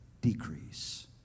decrease